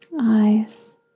Eyes